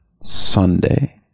Sunday